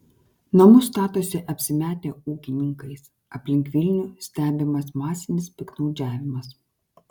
namus statosi apsimetę ūkininkais aplink vilnių stebimas masinis piktnaudžiavimas